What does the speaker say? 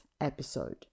episode